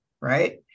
right